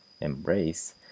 embrace